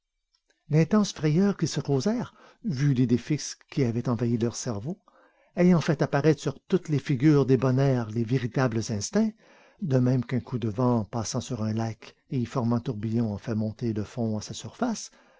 l'intense frayeur qu'ils se causèrent vu l'idée fixe qui avait envahi leurs cerveaux ayant fait apparaître sur toutes ces figures débonnaires les véritables instincts de même qu'un coup de vent passant sur un lac et y formant tourbillon en fait monter le fond à sa surface